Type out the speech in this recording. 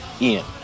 Ian